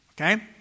Okay